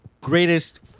greatest –